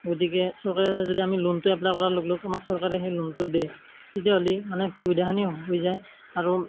গতিকে চৰকাৰে যদি আমি লোণটো এপ্লাই কৰাৰ লগে লগে আমাক চৰকাৰে সেই লোণটো দিয়ে তেতিয়াহ'লি মানে সুবিধাখিনি হৈ যায় আৰু